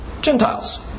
Gentiles